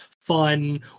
fun